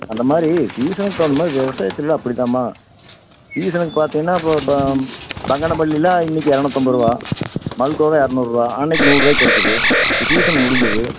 அந்த மாதிரி சீசனுக்கு தகுந்த மாதிரி விவசாயத்துலெலாம் அப்படிதாம்மா சீசனுக்கு பார்த்திங்கனா இப்போ பங்கனப்பள்ளியெலாம் இன்னிக்கு இரநூத்தம்பது ரூபா மல்கோவா இரநூறு ரூபா அன்னிக்கி நூறு ரூபாயிக்கி கிடைச்சிது சீசன் முடிஞ்சுது